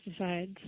pesticides